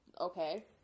okay